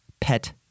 Pet